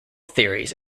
theories